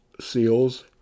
seals